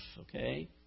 okay